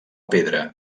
pedra